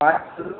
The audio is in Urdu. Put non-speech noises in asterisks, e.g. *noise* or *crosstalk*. *unintelligible*